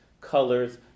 colors